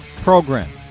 program